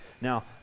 Now